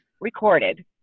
recorded